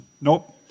nope